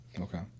Okay